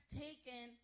taken